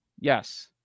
Yes